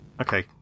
Okay